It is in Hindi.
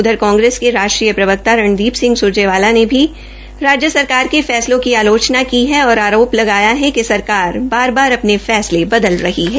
उधर कांग्रेस के राष्ट्रीय प्रवक्ता रणदी सिंह सुरजेवाला ने भी राज्य सरकार के फैसलों की आलोचना की और आरो लगाया कि सरकार बार बार अ ने फैसले बदल रही है